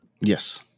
Yes